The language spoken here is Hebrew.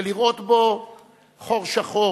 ולראות בו "חור שחור",